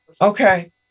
Okay